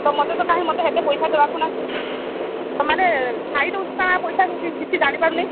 ତ ମୋତେ ତ କାହିଁ ମୋତେ ହେତେ ପଇସା ଦେବାକୁୁ ନାହଁ ତ ମାନେ ଖାଇ ଦେଉଛ କାଣା ପଇସା କିଛି ଜାଣିପାରୁନି